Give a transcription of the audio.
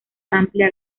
amplia